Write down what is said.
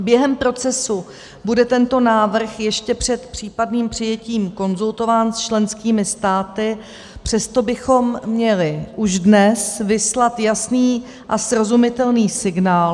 Během procesu bude tento návrh ještě před případným přijetím konzultován s členskými státy, přesto bychom měli už dnes vyslat jasný a srozumitelný signál...